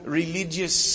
religious